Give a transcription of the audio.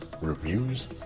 reviews